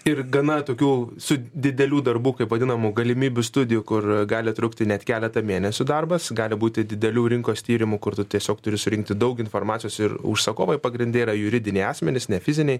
ir gana tokių su didelių darbų kaip vadinama galimybių studijų kur gali trukti net keletą mėnesių darbas gali būti didelių rinkos tyrimų kur tu tiesiog turi surinkti daug informacijos ir užsakovai pagrinde yra juridiniai asmenys ne fiziniai